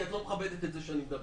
כי את לא מכבדת את זה שאני מדבר.